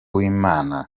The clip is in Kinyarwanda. w’imana